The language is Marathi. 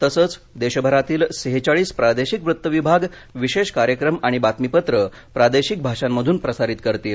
तसंच देशभरातील सेहेचाळीस प्रादेशिक वृत्त विभाग विशेष कार्यक्रम आणि बातमीपत्र प्रादेशिक भाषांमधून प्रसारित करतील